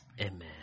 Amen